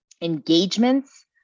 engagements